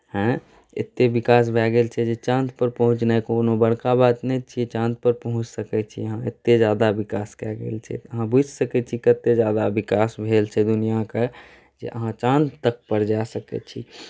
हेँ एतेक विकास भए गेल छै जे चाँदपर पहुँचनाइ कोनो बड़का बात नहि छियै चाँदपर पहुँचि सकैत छी हम एतेक ज्यादा विकास कए गेल छै अहाँ बुझि सकैत छियै कतेक ज्यादा विकास भेल छै दुनिआँक जे अहाँ चाँद तक पर जा सकैत छी